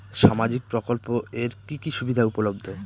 সামাজিক প্রকল্প এর কি কি সুবিধা উপলব্ধ?